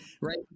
right